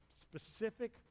specific